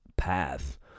Path